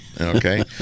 okay